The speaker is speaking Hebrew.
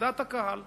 דעת הקהל.